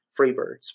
Freebirds